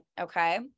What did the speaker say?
okay